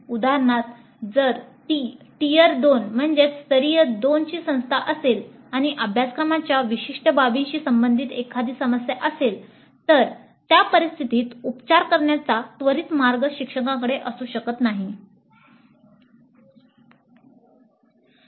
उदाहरणार्थ जर ती टियर II ची संस्था असेल आणि अभ्यासक्रमाच्या विशिष्ट बाबीशी संबंधित एखादी समस्या असेल तर त्या परिस्थितीत उपचार करण्याचा त्वरित मार्ग शिक्षकांकडे असू शकत नाहीत